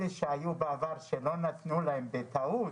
אלה שהיו בעבר שלא נתנו להם בטעות,